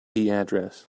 address